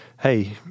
Hey